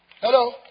Hello